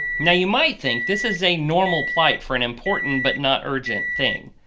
now you might think this is a normal plight for and important but non-urgent things.